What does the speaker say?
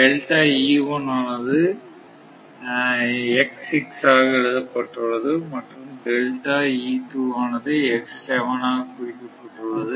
ஆனது ஆக எழுதப்பட்டுள்ளது மற்றும் ஆனது ஆக குறிக்கப்பட்டுள்ளது